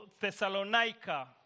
Thessalonica